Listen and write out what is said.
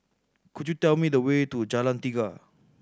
could you tell me the way to Jalan Tiga